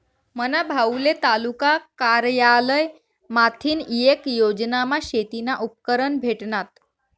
मना भाऊले तालुका कारयालय माथीन येक योजनामा शेतीना उपकरणं भेटनात